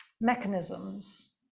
mechanisms